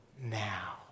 Now